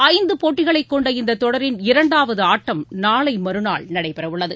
ஐந்து போட்டிகளை கொண்ட இந்த தொடரின் இரண்டாவது ஆட்டம் நாளை மறுநாள் நடைபெறவுள்ளது